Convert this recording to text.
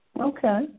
Okay